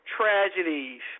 tragedies